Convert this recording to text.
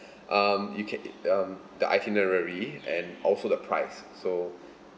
um you ca~ um the itinerary and also the price